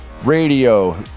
radio